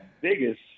biggest